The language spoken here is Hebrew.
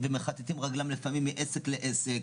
והם מחטטים רגליים לפעמים מעסק לעסק.